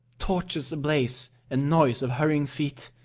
torches ablaze, and noise of hurrying feet.